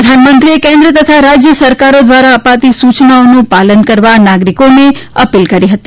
પ્રધાનમંત્રીએ કેન્દ્ર તથા રાજ્ય સરકારો દ્વારા અપાતી સૂચનાઓનું પાલન કરવા નાગરિકોને અપીલ કરી હતી